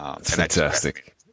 Fantastic